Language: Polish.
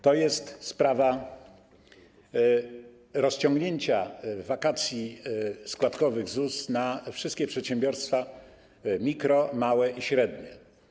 To jest sprawa rozciągnięcia wakacji składkowych ZUS na wszystkie przedsiębiorstwa mikro, małe i średnie.